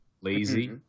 lazy